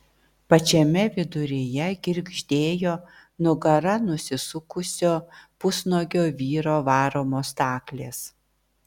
pačiame viduryje girgždėjo nugara nusisukusio pusnuogio vyro varomos staklės